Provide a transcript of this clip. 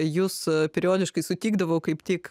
jus periodiškai sutikdavau kaip tik